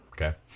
Okay